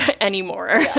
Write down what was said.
anymore